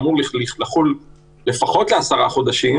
אנחנו לא אמורים להשוות את עצמנו למצב של תקנות שעת חירום.